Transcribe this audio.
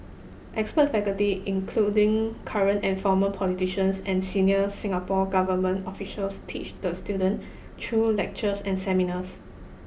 expert faculty including current and former politicians and senior Singapore government officials teach the student through lectures and seminars